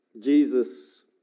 Jesus